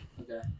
Okay